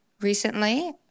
Recently